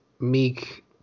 meek